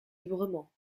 librement